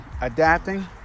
adapting